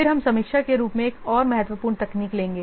फिर हम समीक्षा के रूप में एक और महत्वपूर्ण तकनीक लेंगे